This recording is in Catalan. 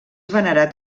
venerat